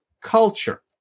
culture